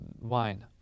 wine